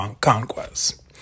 conquest